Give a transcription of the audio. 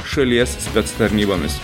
šalies spec tarnybomis